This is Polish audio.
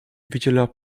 wydziela